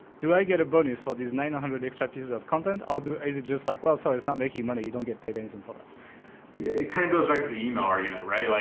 do i get a bonus for these nine hundred extra pieces of content? ah or is it just like, well, sorry it's not making money, you don't get paid anything for that? yeah it kinda goes back to the email argument, right. like